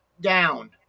down